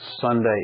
Sunday